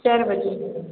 ଚାର୍ ବଜେ